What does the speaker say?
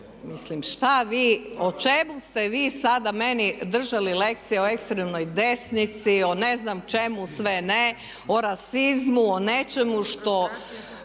Mislim šta vi, o čemu ste vi sada meni držali lekcije o ekstremnoj desnici, o ne znam čemu sve ne, o rasizmu, o nečemu što